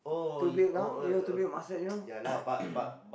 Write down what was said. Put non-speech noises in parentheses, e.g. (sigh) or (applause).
to build know you know to build muscle you know (laughs)